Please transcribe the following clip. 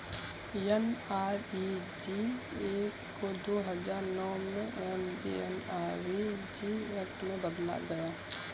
NREGA को दो हजार नौ में एम.जी.एन.आर.इ.जी एक्ट में बदला गया